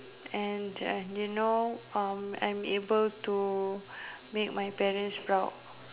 and I you know uh I'm able to make my parents proud